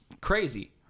crazy